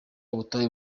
ubutayu